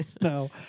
No